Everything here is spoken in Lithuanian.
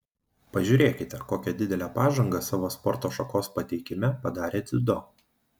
pažiūrėkite kokią didelę pažangą savo sporto šakos pateikime padarė dziudo